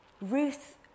Ruth